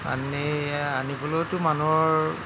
আনি আনিবলৈতো মানুহৰ